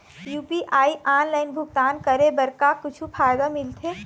UPI online भुगतान करे बर का कुछू फायदा मिलथे?